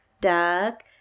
duck